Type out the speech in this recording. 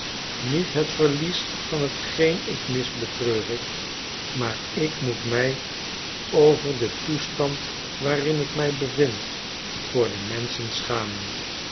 niet het verlies van hetgeen ik mis betreur ik maar ik moet mij over den toestand waarin ik mij bevind voor de menschen schamen